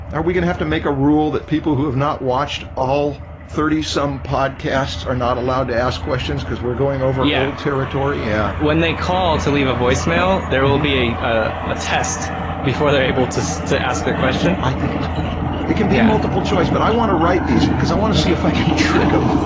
are we gonna have to make a rule that people who have not watched all thirty some podcasts are not allowed to ask questions because we're going over yeah territory. yeah, when they call to leave a voicemail, there will be a a test before they're able to to ask their question. i think it's a good idea it can be a multiple choice, but i want to write these because i want to see if i can trick them